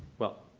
well,